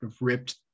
ripped